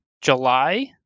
July